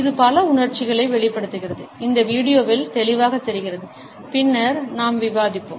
இது பல உணர்ச்சிகளை வெளிப்படுத்துகிறது இந்த வீடியோவில் தெளிவாகத் தெரிகிறது பின்னர் நாம் விவாதிப்போம்